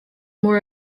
more